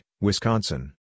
Wisconsin